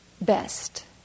best